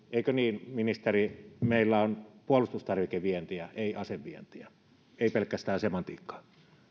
eikö niin ministeri että meillä on puolustustarvikevientiä ei asevientiä ei pelkästään semantiikkaa